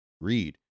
read